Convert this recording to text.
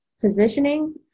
positioning